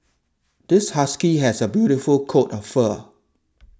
this husky has a beautiful coat of fur